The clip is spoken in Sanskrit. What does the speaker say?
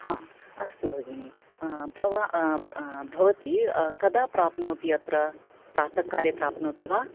हा अस्तु भगिनी भव भवती कदा प्राप्नोति अत्र प्रात काले प्राप्नोति वा